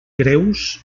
greus